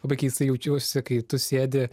labai keistai jaučiuosi kai tu sėdi